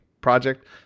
project